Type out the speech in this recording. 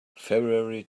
february